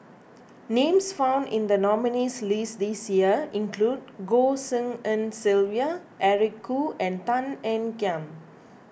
names found in the nominees' list this year include Goh Tshin En Sylvia Eric Khoo and Tan Ean Kiam